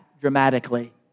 dramatically